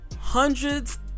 hundreds